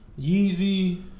Yeezy